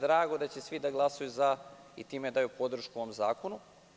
Drago mi je što će svi da glasaju za i da time daju podršku ovom zakonu.